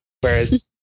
Whereas